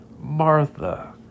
Martha